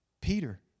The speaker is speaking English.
Peter